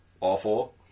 awful